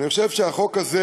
אני חושב שהחוק הזה